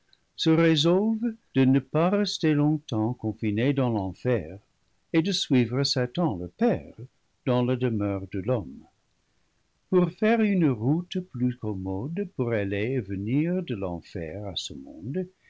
se résolvent de ne pas rester longtemps confinés dans l'enfer et de suivre satan leur père dans la demeure de l'homme pour faire une route plus commode pour aller et venir de l'enfer à ce monde